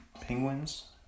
Penguins